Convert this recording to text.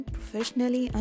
Professionally